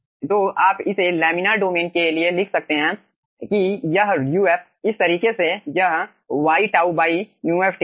तो आप इसे लैमिनार डोमेन के लिए लिख सकते हैं कि यह uf इस तरीके से यह y τ μf ठीक है